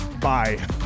Bye